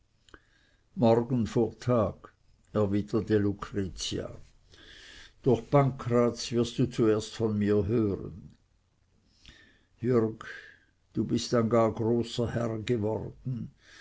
morgen vor tag erwiderte lucretia durch pancraz wirst du zuerst von mir hören jürg du bist ein gar großer herr geworden